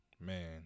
Man